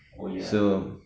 oh ya